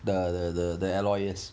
the the the alloys